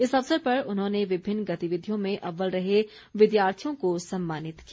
इस अवसर पर उन्होंने विभिन्न गतिविधियों में अव्वल रहे विद्यार्थियों को सम्मानित किया